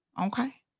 okay